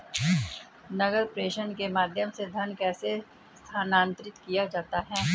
नकद प्रेषण के माध्यम से धन कैसे स्थानांतरित किया जाता है?